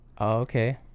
Okay